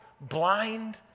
blind